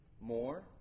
more